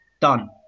Done